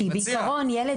בעיקרון, ילד